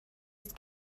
است